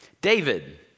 David